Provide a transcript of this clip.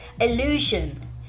illusion